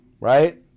right